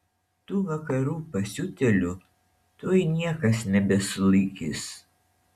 tų vakarų pasiutėlių tuoj niekas nebesulaikys